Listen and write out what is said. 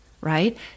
Right